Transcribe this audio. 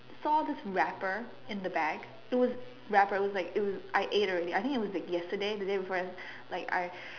he saw this wrapper in the bag it was wrapper it was like it was I ate already I think it was yesterday the day before yesterday like I